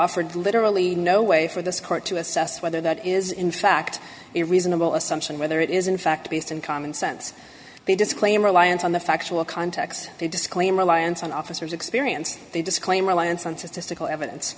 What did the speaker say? offered literally no way for this court to assess whether that is in fact a reasonable assumption whether it is in fact based on common sense they disclaim reliance on the factual context they disclaim reliance on officers experience they disclaim reliance on statistical evidence